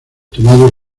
tomados